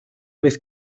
vez